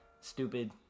stupid